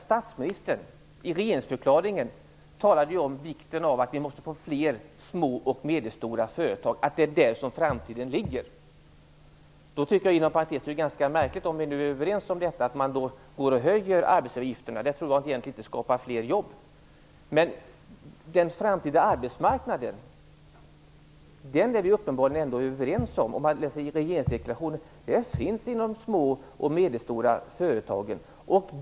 Statsministern talade i regeringsförklaringen om vikten av att vi får fler små och medelstora, att det är där som framtiden ligger. Inom parentes så tycker jag att jag det är ganska märkligt, om vi nu är överens om detta, att man höjer arbetsgivaravgifterna. Det tror jag inte skapar fler jobb. Den framtida arbetsmarknaden - därom är vi uppenbarligen överens, om man läser i regeringsdeklarationen - finns i de små och medelstora företagen.